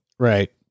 Right